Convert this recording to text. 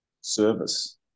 service